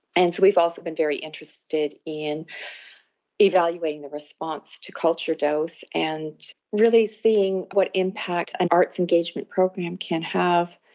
and so we've also been very interested in evaluating the response to culture dose and really seeing what impact an arts engagement program can have,